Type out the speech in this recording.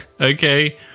okay